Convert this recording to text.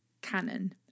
canon